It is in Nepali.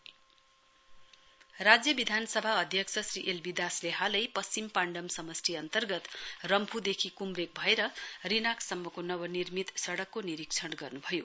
स्पीकर राज्यविधानसभाका अध्यक्ष श्री एलबी दासले हालै पश्चिम पाण्डाम समष्टि अन्तर्गत रम्फूदेखि कुमरेक भएर रिनाक सम्मको नवनिर्मित सडकको निरीक्षण गर्नुभयो